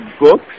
books